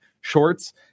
shorts